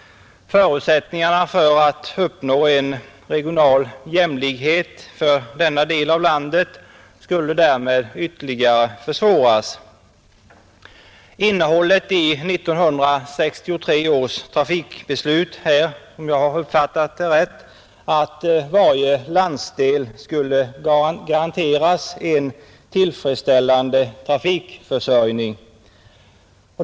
Förutsättningarna för att uppnå en regional jämlikhet för denna del av landet skulle därmed ytterligare försvåras. Innehållet i 1963 års trafikbeslut är, om jag har uppfattat det rätt, att varje landsdel skulle garanteras en tillfredsställande trafikförsörjning.